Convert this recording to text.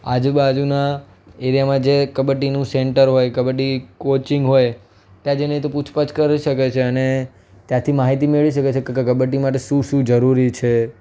આજુ બાજુના એરિયામાં જે કબડ્ડીનું સેન્ટર હોય કબડ્ડી કોચિંગ હોય ત્યાં જઈને તો પૂછપરછ કરી શકે છે અને ત્યાંથી માહિતી મેળવી શકે છે કે કબડ્ડી માટે શું શું જરુરી છે